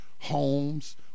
homes